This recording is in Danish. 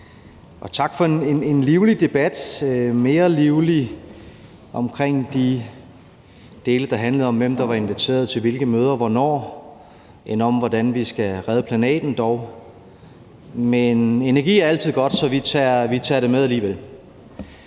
tak for en livlig debat – den var dog mere livlig med hensyn til det, der handlede om, hvem der var inviteret til hvilke møder hvornår, end det, der handlede om, hvordan vi skal redde planeten. Men energi er altid godt, så vi tager det med alligevel.